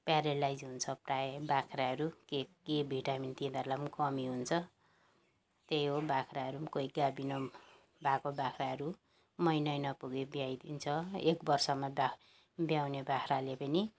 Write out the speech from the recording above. paralysed हुन्छ प्रायः बाख्राहरू के के भिटामिन तिनीहरूलाई कमी हुन्छ त्यही हो बाख्राहरू कोही गाबिनो भएको बाख्राहरू महिनै नपुगी ब्याइदिन्छ एक वर्षमा त ब्याउने बाख्राले पनि